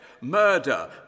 murder